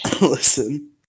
listen